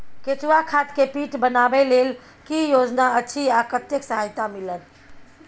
केचुआ खाद के पीट बनाबै लेल की योजना अछि आ कतेक सहायता मिलत?